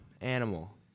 animal